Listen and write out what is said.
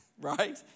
right